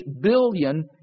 billion